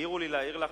העירו לי להעיר לך,